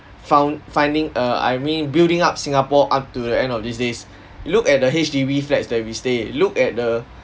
found finding a I mean building up singapore up to the end of these days look at the H_D_B flats that we stay look at the